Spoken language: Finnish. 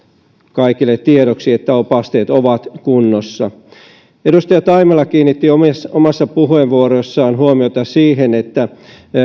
kaikille tiedoksi että opasteet ovat kunnossa edustaja taimela kiinnitti omassa puheenvuorossaan huomiota siihen että